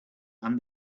and